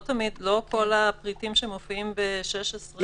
לא כל הפריטים שמופיעים בסעיף כרוכים בהתקהלות.